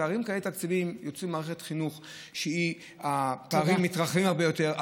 פערים תקציביים כאלה יוצרים מערכת חינוך שבה הפערים מתרחבים הרבה יותר,